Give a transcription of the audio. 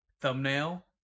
thumbnail